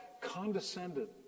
condescended